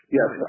yes